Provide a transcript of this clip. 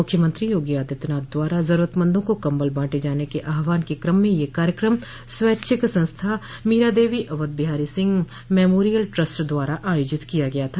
मुख्यमंत्री योगी आदित्यनाथ द्वारा जरूरतमंदों को कम्बल बांटे जाने के आहवान के क्रम में यह कार्यक्रम स्वैच्छिक संस्था मीरादेवी अवध विहारी सिंह मेमोरियल ट्रस्ट द्वारा आयोजित किया गया था